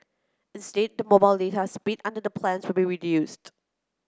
instead the mobile data speed under the plans will be reduced